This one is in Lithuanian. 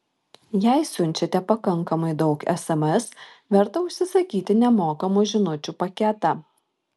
jei siunčiate pakankamai daug sms verta užsisakyti nemokamų žinučių paketą